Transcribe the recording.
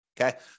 Okay